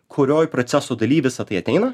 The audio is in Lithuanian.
kurioj proceso daly visa tai ateina